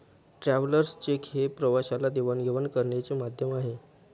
travellers cheque हे प्रवाशाला देवाणघेवाण करण्याचे माध्यम आहे